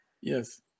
Yes